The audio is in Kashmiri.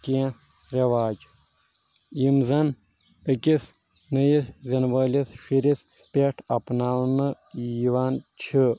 کینٛہہ رٮ۪واج یِم زن أکِس نٔیِس زیٚنہٕ وٲلِس شُرِس پٮ۪ٹھ اپناونہٕ یِوان چھِ